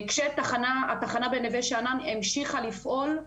כשהתחנה בנוה שאנן המשיכה לפעול,